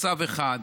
מצב אחד.